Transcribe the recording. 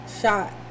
shot